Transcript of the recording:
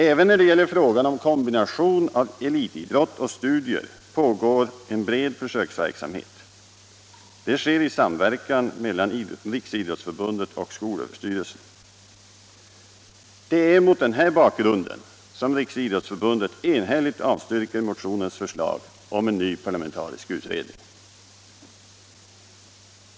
Även när det gäller frågan om kombination av elitidrott och studier pågår en bred försöksverksamhet. Den sker i samverkan mellan Riksidrottsförbundet och skolöverstyrelsen. Det är mot denna bakgrund som Riksidrottsförbundet enhälligt avstyrker motionens förslag om en ny parlamentarisk utredning.